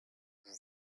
vous